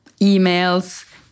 emails